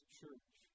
church